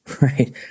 right